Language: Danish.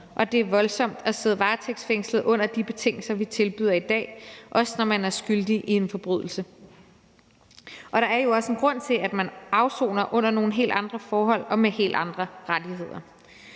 og det er voldsomt at sidde varetægtsfængslet under de betingelser, vi tilbyder i dag, også når man er skyldig i en forbrydelse. Og der er jo også en grund til, at man afsoner under nogle helt andre forhold og med helt andre rettigheder.